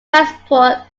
transport